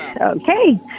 Okay